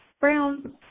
brown